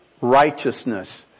righteousness